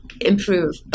improve